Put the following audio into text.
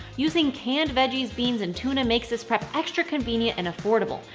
using canned veggies, beans, and tuna makes this prep extra convenient and affordable.